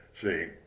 see